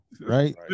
right